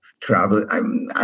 Travel